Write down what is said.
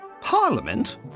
Parliament